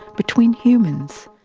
between humans,